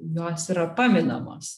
jos yra paminamos